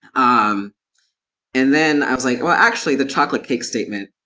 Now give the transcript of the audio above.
um and then i was like, well actually the chocolate cake statement